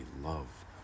love